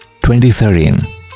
2013